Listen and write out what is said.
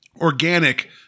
organic